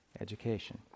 education